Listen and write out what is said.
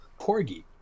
corgi